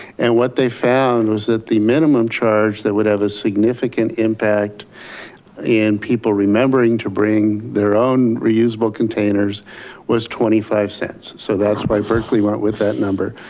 and what they found was that the minimum charge that would have a significant impact in people remembering to bring their own reusable containers was twenty five cents. so that's why berkeley went with that number.